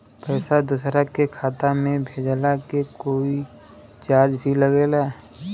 पैसा दोसरा के खाता मे भेजला के कोई चार्ज भी लागेला?